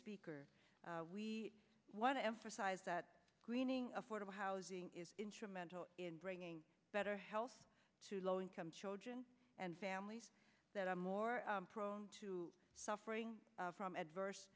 speaker we i want to emphasize that greening affordable housing is interim mental in bringing better health to low income children and families that are more prone to suffering from adverse